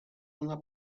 una